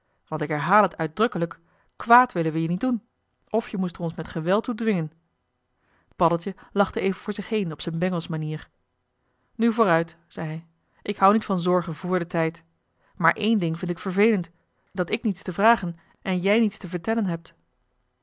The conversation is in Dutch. want ik herhaal het uitdrukkelijk kwààd willen we je niet doen of je moest er ons met geweld toe dwingen paddeltje lachte even voor zich heen op z'n bengelsmanier nu vooruit zei hij ik houd niet van zorgen vr den tijd maar één ding vind ik vervelend dat ik niets te vragen en jij niets te vertellen hebt